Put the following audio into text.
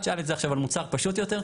תשאל את זה עכשיו על מוצר פשוט יותר,